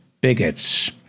bigots